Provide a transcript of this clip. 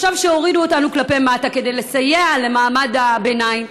ועכשיו כשהורידו אותנו כלפי מטה כדי לסייע למעמד הביניים,